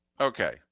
Okay